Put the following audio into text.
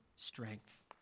Strength